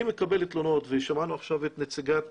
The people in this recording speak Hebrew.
אני מקבל תלונות, ושמענו עכשיו את נציגת